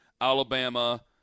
Alabama